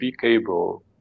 cable